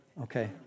Okay